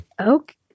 Okay